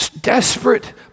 desperate